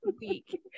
week